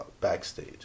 Backstage